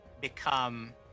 become